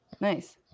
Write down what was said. Nice